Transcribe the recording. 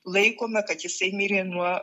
laikome kad jisai mirė nuo